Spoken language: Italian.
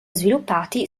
sviluppati